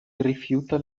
rifiuta